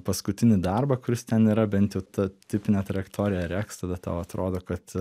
paskutinį darbą kuris ten yra bent jau tą tipinę trajektoriją rekst tada tau atrodo kad